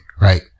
right